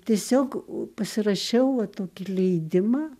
tiesiog pasirašiau va tokį leidimą